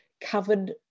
covered